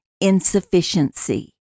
insufficiency